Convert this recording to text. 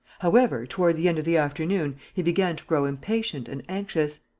however, toward the end of the afternoon, he began to grow impatient and anxious.